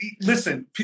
listen